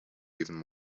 even